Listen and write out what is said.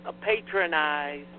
patronize